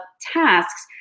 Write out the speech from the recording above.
tasks